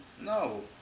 No